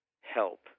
help